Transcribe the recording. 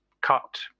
cut